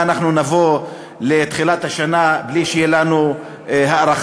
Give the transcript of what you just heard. מה, אנחנו נבוא לתחילת השנה בלי שתהיה לנו הארכה?